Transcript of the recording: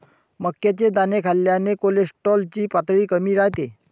मक्याचे दाणे खाल्ल्याने कोलेस्टेरॉल ची पातळी कमी राहते